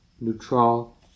neutral